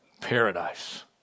paradise